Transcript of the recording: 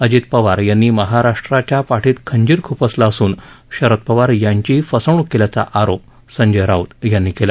अजित पवार यांनी महाराष्ट्राच्या पाठीत खंजीर खूपसला असून शरद पवार यांचीही फसवणुक केल्याचा आरोप संजय राऊत यांनी केला